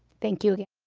thank you again.